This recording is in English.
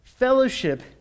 fellowship